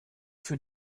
für